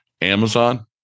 Amazon